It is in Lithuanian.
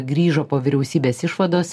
grįžo po vyriausybės išvados